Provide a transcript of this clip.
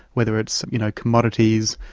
whether it's you know commodities,